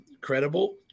credible